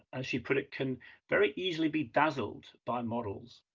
as she put it, can very easily be dazzled by models.